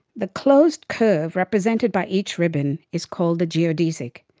the closed curve represented by each ribbon is called a geodesic.